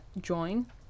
join